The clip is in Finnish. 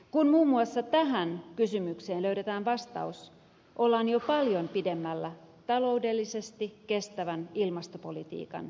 kun muun muassa tähän kysymykseen löydetään vastaus ollaan jo paljon lähempänä taloudellisesti kestävän ilmastopolitiikan toteutumista